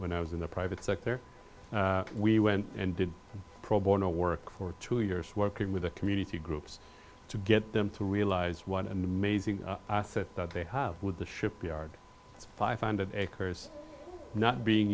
when i was in the private sector we went and did pro bono work for two years working with the community groups to get them to realize what an amazing asset that they have with the shipyard it's five hundred acres not being